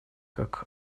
как